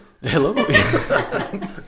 Hello